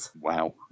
Wow